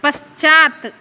पश्चात्